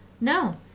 No